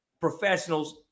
professionals